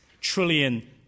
trillion